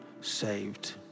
saved